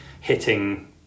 hitting